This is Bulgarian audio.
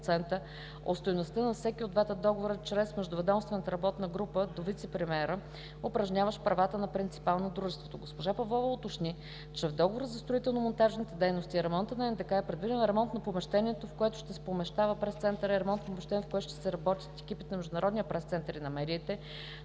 стойността на всеки от двата договора чрез Междуведомствената работна група до вицепремиера, упражняващ правата на принципала на Дружеството. Госпожа Павлова уточни, че в договора за строително-монтажните дейности и ремонт на НДК е предвиден ремонт на помещението, в което ще се помещава пресцентърът и ремонт на помещението, в което ще работят екипите на Международния пресцентър и на медиите,